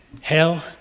hell